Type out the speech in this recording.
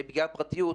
פגיעה בפרטיות,